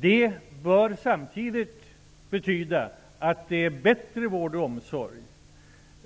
Det bör samtidigt betyda att det blir bättre vård och omsorg.